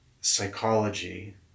psychology